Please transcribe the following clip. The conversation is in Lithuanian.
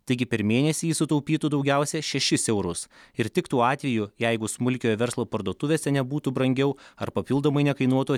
taigi per mėnesį jis sutaupytų daugiausia šešis eurus ir tik tuo atveju jeigu smulkiojo verslo parduotuvėse nebūtų brangiau ar papildomai nekainuotų